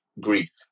grief